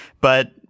But-